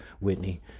Whitney